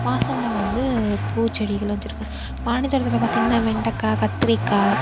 வாசல்ல வந்து பூச்செடிகளும் வச்சிருக்கேன் மாடி தோட்டத்தில் பார்த்தீங்கனா வெண்டக்காய் கத்திரிக்காய்